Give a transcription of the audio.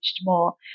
more